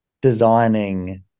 designing